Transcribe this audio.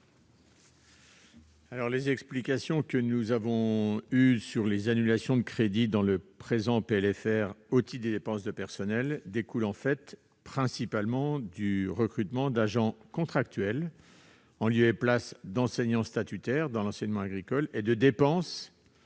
D'après les explications que nous avons reçues, les annulations de crédits dans le présent PLFR au titre des dépenses de personnel découlent en fait principalement du recrutement d'agents contractuels en lieu et place d'enseignants statutaires dans l'enseignement agricole et de dépenses